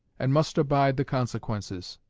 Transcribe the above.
and must abide the consequences.